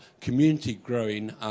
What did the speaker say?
community-growing